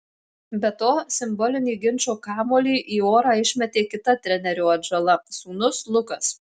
be to simbolinį ginčo kamuolį į orą išmetė kita trenerio atžala sūnus lukas